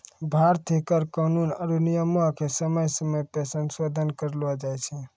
भारतीय कर कानून आरु नियमो के समय समय पे संसोधन करलो जाय छै